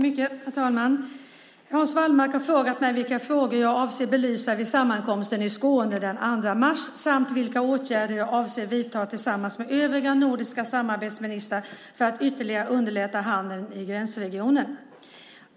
Herr talman! Hans Wallmark har frågat mig vilka frågor jag avser att belysa vid sammankomsten i Skåne den 2 mars, samt vilka åtgärder jag avser att vidta tillsammans med övriga nordiska samarbetsministrar för att ytterligare underlätta handeln i gränsregioner.